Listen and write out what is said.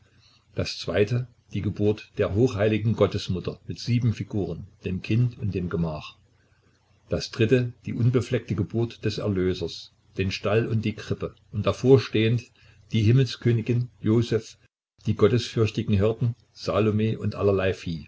das zweite die geburt der hochheiligen gottesmutter mit sieben figuren dem kind und dem gemach das dritte die unbefleckte geburt des erlösers den stall und die krippe und davor stehend die himmelskönigin joseph die gottesfürchtigen hirten salome und allerlei